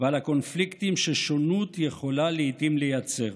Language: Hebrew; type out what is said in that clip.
ועל הקונפליקטים ששונות יכולה לעיתים לייצר.